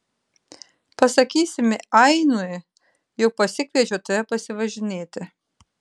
pasakysime ainui jog pasikviečiau tave pasivažinėti